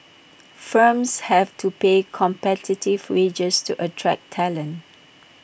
firms have to pay competitive wages to attract talent